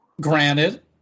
Granted